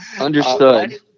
understood